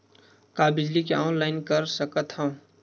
का बिजली के ऑनलाइन कर सकत हव?